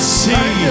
see